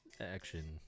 action